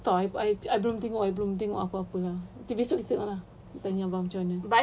entah but I belum tengok I belum tengok apa-apa ah nanti besok kita tengok ah tanya abang macam mana